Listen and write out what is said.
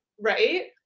right